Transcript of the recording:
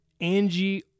angie